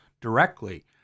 directly